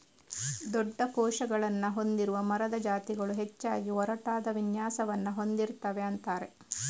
ದೊಡ್ಡ ಕೋಶಗಳನ್ನ ಹೊಂದಿರುವ ಮರದ ಜಾತಿಗಳು ಹೆಚ್ಚಾಗಿ ಒರಟಾದ ವಿನ್ಯಾಸವನ್ನ ಹೊಂದಿರ್ತವೆ ಅಂತಾರೆ